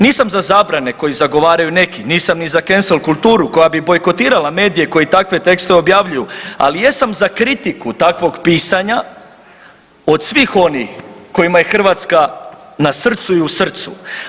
Nisam za zabrane koji zagovaraju neki, nisam ni sa kensel kulturu koja bi bojkotirala medije koji takve tekstove objavljuje, ali jesam za kritiku takvog pisanja od onih kojima je Hrvatska na srcu i u srcu.